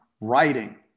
writing